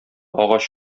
агач